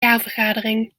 jaarvergadering